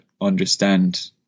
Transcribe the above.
understand